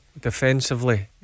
Defensively